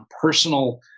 personal